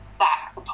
back